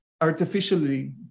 artificially